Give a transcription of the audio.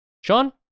Sean